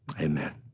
Amen